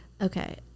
Okay